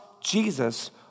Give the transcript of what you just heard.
Jesus